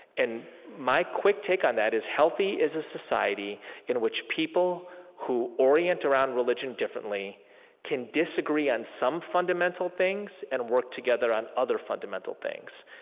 and my quick take on that is healthy is a society in which people who orient around religion differently can disagree on some fundamental things and work together on other fundamental things.